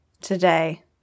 today